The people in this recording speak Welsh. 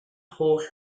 holl